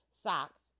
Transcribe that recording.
socks